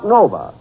Nova